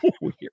weird